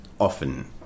often